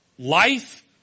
Life